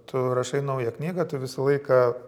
tu rašai naują knygą tu visą laiką